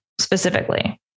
specifically